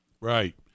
right